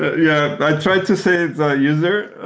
yeah. i try to say the user